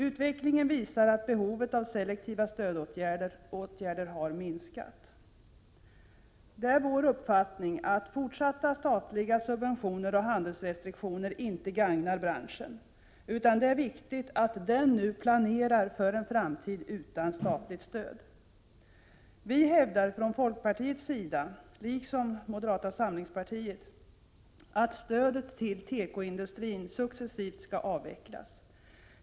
Utvecklingen visar att behovet av selektiva stödåtgärder har minskat. Det är vår uppfattning att fortsatta statliga subventioner och handelsrestriktioner inte gagnar branschen, utan det är viktigt att den nu planerar för en framtid utan statligt stöd. Vi hävdar från folkpartiets sida — liksom moderata samlingspartiet — att 127 stödet till tekoindustrin successivt skall avvecklas.